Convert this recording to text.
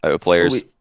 players